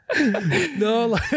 No